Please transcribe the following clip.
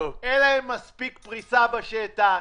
אין להם מספיק פריסה בשטח.